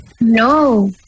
No